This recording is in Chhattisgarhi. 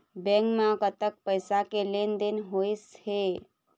बैंक म कतक पैसा के लेन देन होइस हे?